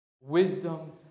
wisdom